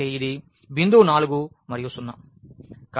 కాబట్టి ఇది బిందువు 4 మరియు 0